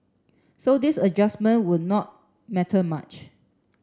so this adjustment would not matter much